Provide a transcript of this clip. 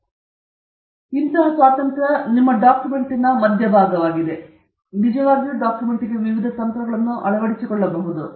ಸಾಮಾನ್ಯವಾಗಿ ಇದು ನಿಮ್ಮ ಡಾಕ್ಯುಮೆಂಟ್ನ ಮಧ್ಯಭಾಗವಾಗಿದೆ ಮತ್ತು ನೀವು ನಿಜವಾಗಿಯೂ ಈ ಡಾಕ್ಯುಮೆಂಟ್ಗೆ ವಿವಿಧ ತಂತ್ರಗಳನ್ನು ಅಳವಡಿಸಿಕೊಳ್ಳಬಹುದು